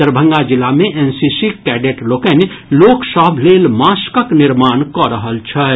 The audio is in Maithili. दरभंगा जिला मे एनसीसीक कैडेट लोकनि लोक सभ लेल मास्कक निर्माण कऽ रहल छथि